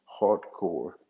Hardcore